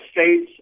states